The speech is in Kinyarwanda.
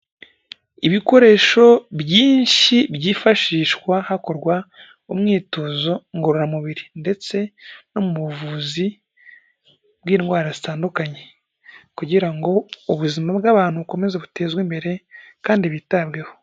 Ibikoresho byinshi byifashishwa hakorwa umwitozo ngororamubiri ndetse no mu buvuzi bw'indwara zitandukanye kugira ngo ubuzima bw'abantu bukomeze butezwe imbere kandi bitabweho.